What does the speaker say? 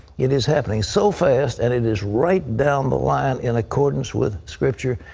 it is happening so fast, and it is right down the line in accordance with scripture,